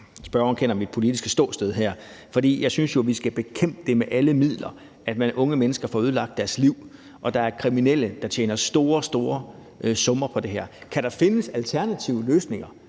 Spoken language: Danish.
spørgeren kender mit politiske ståsted her. For jeg synes jo, at vi med alle midler skal bekæmpe, at unge mennesker får ødelagt deres liv, og at der er kriminelle, der tjener store, store summer på det her. Kan der findes alternative løsninger,